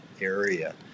area